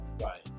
right